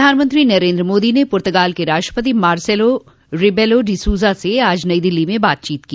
प्रधानमंत्री नरेन्द्र मोदी ने पुर्तगाल के राष्ट्रपति मार्सेलो रेबेलो डि सूजा से आज नई दिल्ली में बातचीत की